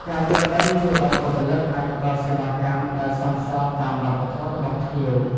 ការយល់ដឹងជួយឱ្យបុគ្គលិកអាចផ្តល់សេវាកម្មដែលសមស្របតាមវប្បធម៌របស់ភ្ញៀវ។